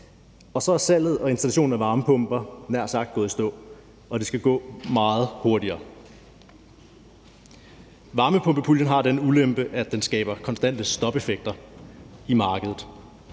og så er salget og installationen af varmepumper næsten gået i stå; og det skal gå meget hurtigere. Varmepumpepuljen har den ulempe, at den skaber konstante stopeffekter i markedet.